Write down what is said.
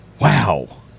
Wow